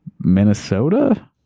minnesota